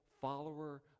follower